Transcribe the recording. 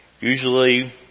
usually